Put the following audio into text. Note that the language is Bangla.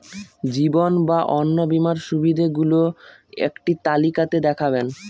জীবন বা অন্ন বীমার সুবিধে গুলো একটি তালিকা তে দেখাবেন?